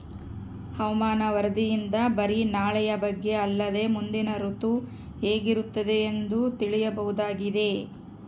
ಹವಾಮಾನ ವರದಿಯಿಂದ ಬರಿ ನಾಳೆಯ ಬಗ್ಗೆ ಅಲ್ಲದೆ ಮುಂದಿನ ಋತು ಹೇಗಿರುತ್ತದೆಯೆಂದು ತಿಳಿಯಬಹುದಾಗಿದೆ